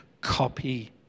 Copy